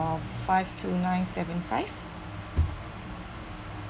five two nine seven five